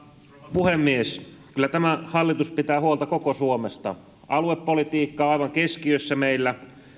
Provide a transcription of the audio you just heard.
puhemies kyllä tämä hallitus pitää huolta koko suomesta aluepolitiikka on aivan keskiössä meillä